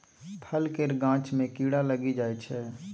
फल केर गाछ मे कीड़ा लागि जाइ छै